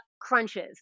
Crunches